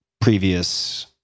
previous